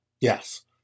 Yes